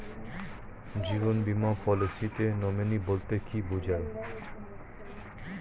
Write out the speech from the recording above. জীবন বীমা পলিসিতে নমিনি বলতে কি বুঝায়?